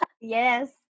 yes